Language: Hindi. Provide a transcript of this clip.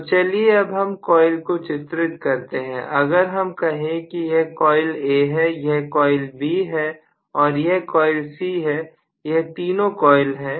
तो चलिए अब हम कॉइल को चित्रित करते हैं अगर हम कहें कि यह कॉइल A है यह कॉइल B है और यह कॉइल C है यह तीनों कॉइल हैं